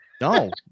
no